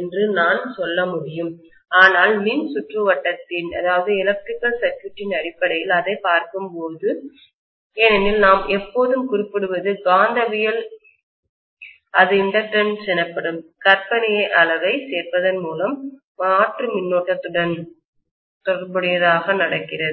என்று நான் சொல்ல முடியும் ஆனால் மின் சுற்றுவட்டத்தின்எலக்ட்ரிக்கல் சர்க்யூட் இன் அடிப்படையில் அதைப் பார்க்கும்போது ஏனெனில் நாம் எப்போதும் குறிப்பிடுவது காந்தவியல் அது இண்டக்டன்ஸ் எனப்படும் கற்பனையான அளவைச் சேர்ப்பதன் மூலம் மாற்று மின்னோட்டத்துடன் அல்டர் நேட்டிங் கரண்ட் உடன் தொடர்புடையதாக நடக்கிறது